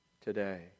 today